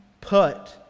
put